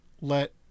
let